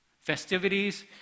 festivities